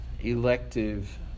elective